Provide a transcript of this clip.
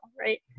right